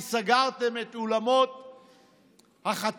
כי סגרתם את אולמות החתונות,